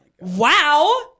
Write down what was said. Wow